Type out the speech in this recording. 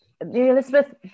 elizabeth